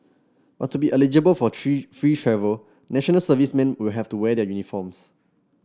but to be eligible for tree free travel National Servicemen will have to wear their uniforms